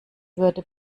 würde